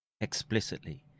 explicitly